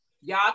y'all